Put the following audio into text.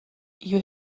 you